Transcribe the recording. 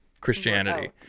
Christianity